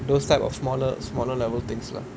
those type of smaller smaller level things lah